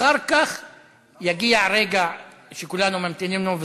אחר כך יגיע הרגע שכולנו ממתינים לו,